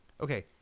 Okay